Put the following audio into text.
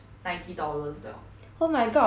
oh my god like sibei bo hua sia